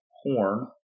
Horn